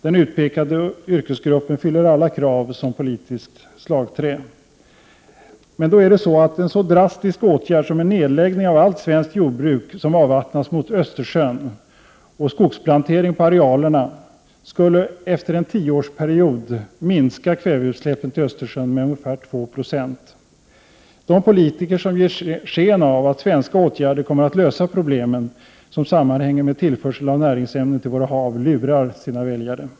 Den utpekade yrkesgruppen uppfyller alla krav som politiskt slagträ. En så drastisk åtgärd som en nedläggning av allt svenskt jordbruk som avvattnas mot Östersjön och skogsplantering på arealerna skulle efter en tioårsperiod minska kväveutsläppen till Östersjön med ungefär 2 Io. De politiker som ger sken av att svenska åtgärder kommer att lösa de problem som sammanhänger med tillförseln av näringsämnen till våra hav lurar sina väljare.